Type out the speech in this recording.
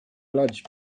large